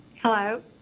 Hello